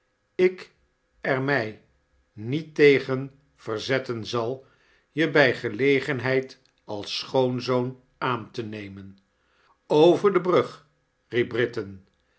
ik er mij niet fcegen verzetten zal je bij gelegenheid als sohooazoon aan te nemea over de brug